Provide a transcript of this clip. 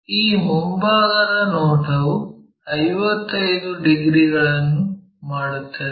ಈ ಮುಂಭಾಗದ ನೋಟವು 55 ಡಿಗ್ರಿಗಳನ್ನು ಮಾಡುತ್ತದೆ